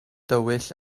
dywyll